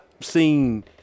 seen